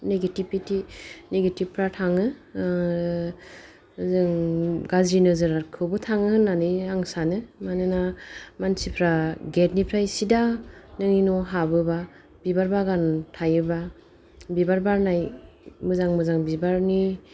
negativity नेगेटिबफ्रा थाङो जों गाज्रि नोजोरखौबो थाङो होननानै आं सानो मानोना मानसिफ्रा गेटनिफ्राय सिदा नोंनि न'आव हाबोब्ला बिबार बागान थायोबा बिबार बारनाय मोजां मोजां बिबारनि